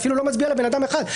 אפילו אתה לא מצביע לאדם אחד.